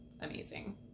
amazing